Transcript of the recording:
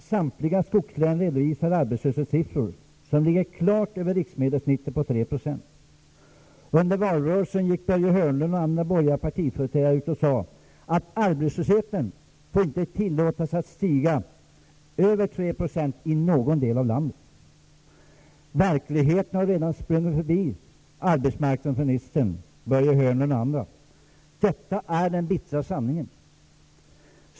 Samtliga skogslän redovisar arbetslöshetssiffror som ligger klart över riksgenomsnittet på 3 %. Under valrörelsen gick Börje Hörnlund och andra borgerliga partiföreträdare ut och sade att arbetslösheten inte får tillåtas stiga över 3 % i någon del av landet. Verkligheten har redan sprungit förbi arbetsmarknadsministern och andra. Detta är den bittra sanningen.